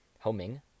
homing